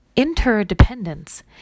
interdependence